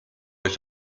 euch